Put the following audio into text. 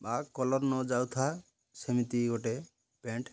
ବା କଲର୍ ନ ଯାଉଥାଏ ସେମିତି ଗୋଟେ ପ୍ୟାଣ୍ଟ୍